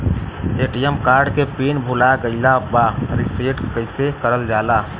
ATM card के PIN भूला गइल बा रीसेट कईसे करल जाला?